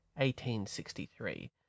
1863